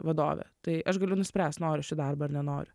vadovė tai aš galiu nuspręst noriu aš į darbąar nenoriu